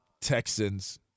Texans